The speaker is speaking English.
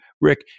Rick